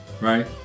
right